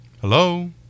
Hello